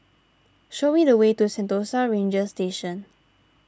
show me the way to Sentosa Ranger Station